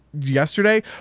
yesterday